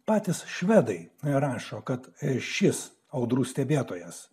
patys švedai nerašo kad ir šis audrų stebėtojas